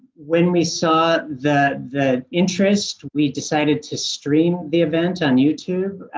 when we saw that the interest we decided to stream the event on youtube.